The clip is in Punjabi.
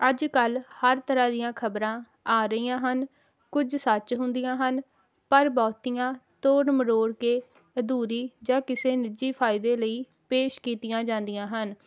ਅੱਜ ਕੱਲ੍ਹ ਹਰ ਤਰ੍ਹਾਂ ਦੀਆਂ ਖ਼ਬਰਾਂ ਆ ਰਹੀਆਂ ਹਨ ਕੁਝ ਸੱਚ ਹੁੰਦੀਆਂ ਹਨ ਪਰ ਬਹੁਤੀਆਂ ਤੋੜ ਮਰੋੜ ਕੇ ਅਧੂਰੀ ਜਾਂ ਕਿਸੇ ਨਿੱਜੀ ਫਾਇਦੇ ਲਈ ਪੇਸ਼ ਕੀਤੀਆਂ ਜਾਂਦੀਆਂ ਹਨ